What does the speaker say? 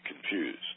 confused